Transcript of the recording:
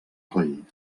coll